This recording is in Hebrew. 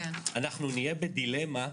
מניעת קריסה של מבנה,